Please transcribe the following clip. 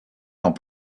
dans